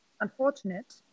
unfortunate